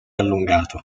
allungato